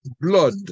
blood